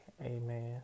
Amen